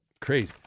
Crazy